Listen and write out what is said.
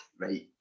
right